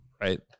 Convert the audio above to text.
right